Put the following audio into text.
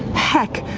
heck,